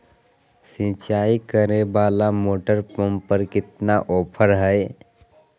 सिंचाई करे वाला मोटर पंप पर कितना ऑफर हाय?